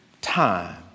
Time